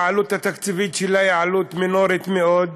העלות התקציבית שלה היא עלות מינורית מאוד,